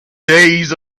days